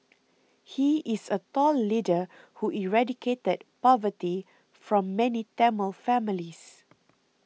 he is a tall leader who eradicated poverty from many Tamil families